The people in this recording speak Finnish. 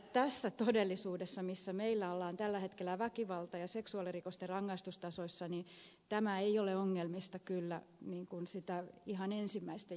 tässä todellisuudessa missä meillä ollaan tällä hetkellä väkivalta ja seksuaalirikosten rangaistustasoissa tämä ei ole ongelmista kyllä ihan ensimmäisten joukossa